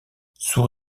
sous